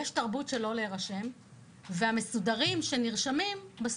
אבל יש תרבות של לא להירשם ומה שיוצא הוא שהמסודרים שנרשמים לא עולים.